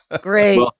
great